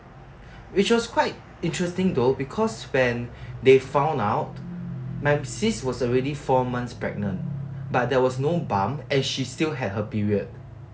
which was quite interesting though because when they found out my sis was already four months pregnant but there was no bump and she still had her period